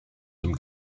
zum